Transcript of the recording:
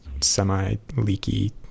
semi-leaky